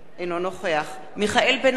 אינו נוכח מיכאל בן-ארי,